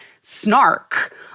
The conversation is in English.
snark